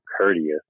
courteous